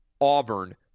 Auburn